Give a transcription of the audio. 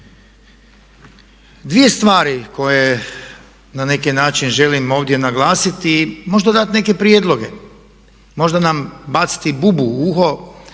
Dvije stvari koje na neki način želim ovdje naglasiti i možda dati neke prijedloge, možda nam baciti bubu u uho